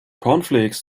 cornflakes